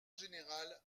général